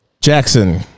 Jackson